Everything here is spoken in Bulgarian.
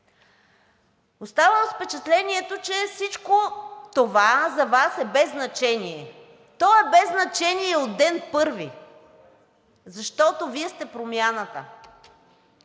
Оставам с впечатлението, че всичко това за Вас е без значение. То е без значение от ден първи, защото Вие сте Промяната.